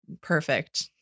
Perfect